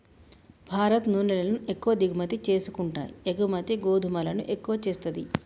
భారత్ నూనెలను ఎక్కువ దిగుమతి చేసుకుంటాయి ఎగుమతి గోధుమలను ఎక్కువ చేస్తది